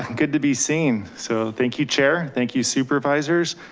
good to be seen. so thank you chair. thank you supervisors,